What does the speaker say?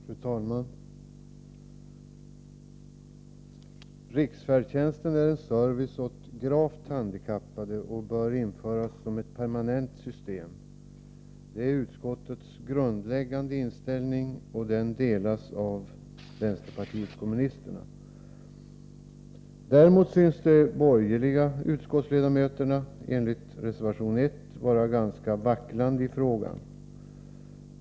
Fru talman! Riksfärdtjänsten är en service åt gravt handikappade och bör införas som ett permanent system. Det är utskottets grundläggande inställning, och den delas av vänsterpartiet kommunisterna. Däremot synes de borgerliga utskottsledamöterna enligt reservation 1 vara ganska vacklande i frågan.